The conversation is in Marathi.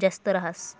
जास्त रहास